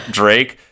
drake